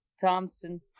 thompson